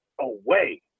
away